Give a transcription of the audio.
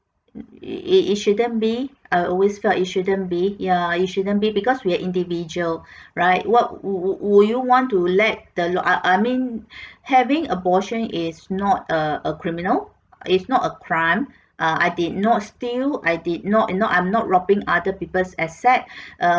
it it it shouldn't be I always felt it shouldn't be ya it shouldn't be because we're individual right what would would would you want to let the law I I mean having abortion is not a a criminal is not a crime ah I did not steal I did not you know I'm not robbing other people's asset err